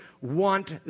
want